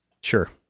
Sure